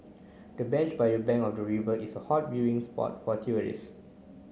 the bench by the bank of the river is a hot viewing spot for tourist